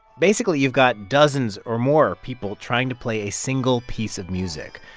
basically you've got dozens or more people trying to play a single piece of music.